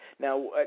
Now